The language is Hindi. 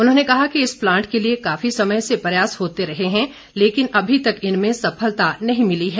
उन्होंने कहा कि इस प्लांट के लिए काफी समय से प्रयास होते रहे हैं लेकिन अभी तक इनमें सफलता नहीं मिली है